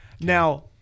Now